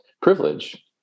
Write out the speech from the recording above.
privilege